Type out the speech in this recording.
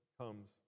comes